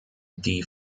die